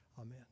amen